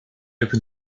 open